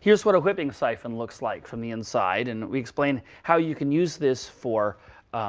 here's what a whipping siphon looks like from the inside, and we explain how you can use this for